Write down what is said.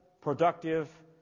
productive